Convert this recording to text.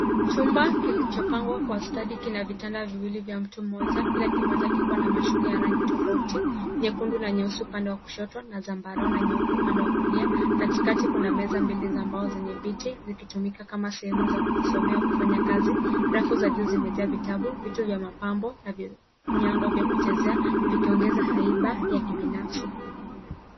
Chumba kilichopangwa kwa stadi kina vitanda viwili vya mtu mmoja kila kimoja kikiwa na mashuka ya rangi tofauti nyekundu na nyeusi upande wa kushoto na zambarau na nyeupe upande wa kulia. Katikati kuna meza mbili za mbao zenye viti vikitumika kama sehemu za kujisomea kufanya kazi. Rafu za juu zimejaa vitabu, vitu vya mapambo na vinyago vya kuchezea vikiongeza haiba ya kibinafsi.